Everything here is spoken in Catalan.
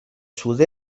sud